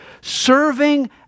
Serving